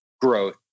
growth